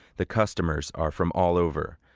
the customers are from all over.